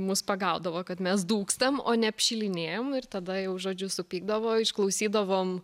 mus pagaudavo kad mes dūkstam o ne apšilinėjam ir tada jau žodžiu supykdavo išklausydavom